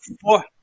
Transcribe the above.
Four